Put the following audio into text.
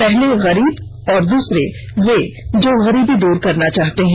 पहले गरीब और दूसरे वे जो गरीबी दूर करना चाहते हैं